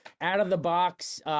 out-of-the-box